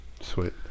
Sweet